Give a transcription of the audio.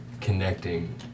connecting